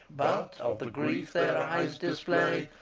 but, of the grief their eyes display,